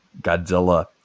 Godzilla